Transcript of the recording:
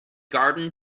garden